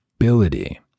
ability